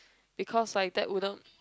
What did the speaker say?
because like that wouldn't